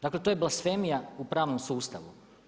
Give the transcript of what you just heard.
Dakle, to je blasfemija u pravnom sustavu.